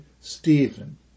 Stephen